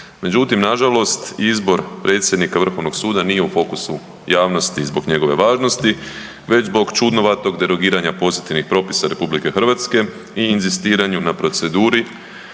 Međutim, nažalost izbor predsjednika Vrhovnog suda nije u fokusu javnosti zbog njegove važnosti već zbog čudnovatog derogiranja pozitivnih propisa RH i inzistiranju na proceduri